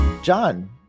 John